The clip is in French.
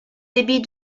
débits